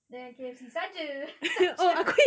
then K_F_C saja saja